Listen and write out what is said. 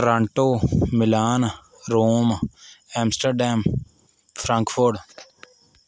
Toronto Milan Rome Amsterdam Frankfurt